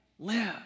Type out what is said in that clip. live